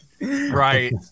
right